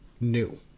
new